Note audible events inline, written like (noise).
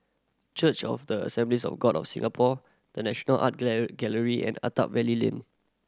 Church of the Assemblies of God of Singapore The National Art (unintelligible) Gallery and Attap Valley Lane